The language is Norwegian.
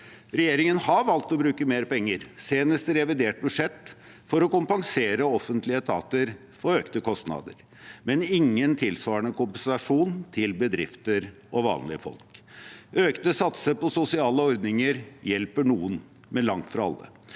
Regjeringen har valgt å bruke mer penger, senest i revidert budsjett, for å kompensere offentlige etater for økte kostnader, men gir ingen tilsvarende kompensasjon til bedrifter og vanlige folk. Økte satser på sosiale ordninger hjelper noen, men langt fra alle.